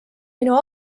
minu